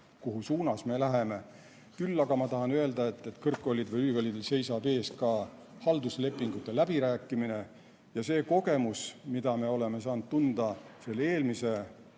kuhu suunas me läheme. Küll aga ma tahan öelda, et kõrgkoolidel, ülikoolidel seisab ees ka halduslepingute läbirääkimine. Ja see kogemus, mida me oleme saanud tunda eelmise